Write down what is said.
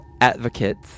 advocates